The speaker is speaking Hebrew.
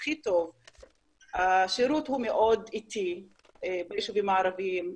הכי טוב השירות הוא מאוד איטי ביישובים ערביים,